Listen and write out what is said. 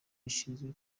rishinzwe